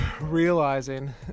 realizing